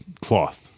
cloth